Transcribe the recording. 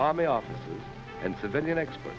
army officers and civilian expert